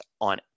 on